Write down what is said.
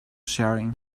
sharing